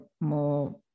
more